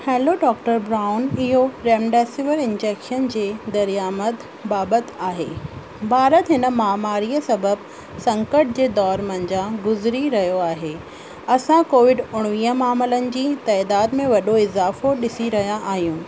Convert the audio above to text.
hello doctor Brown इहो remdesivir injection जे दरियामद बाबति आहे भारत हिन महामारी सबबु संकट जे दौर मंझां गुज़िरी रहियो आहे असां कोविड उणिवीह मामलनि जी तइदाद में वॾो इज़ाफ़ो ॾिसी रहिया आहियूं